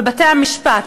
בבתי-המשפט,